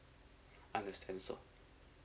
understand so